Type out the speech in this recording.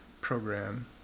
program